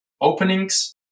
openings